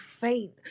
faint